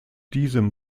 diesem